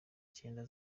cyenda